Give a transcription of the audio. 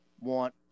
want